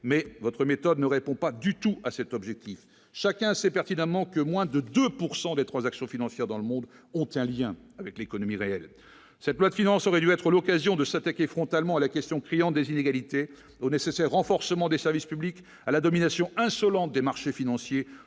mais votre méthode ne répond pas du tout à cet objectif, chacun sait pertinemment que moins de 2 pourcent des transactions financières dans le monde ont un lien avec l'économie réelle, cette loi de finances, aurait dû être l'occasion de s'attaquer frontalement à la question, criant des inégalités au nécessaire renforcement des services publics à la domination insolente des marchés financiers